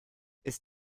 ist